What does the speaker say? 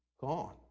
Gone